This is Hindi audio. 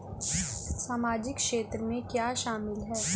सामाजिक क्षेत्र में क्या शामिल है?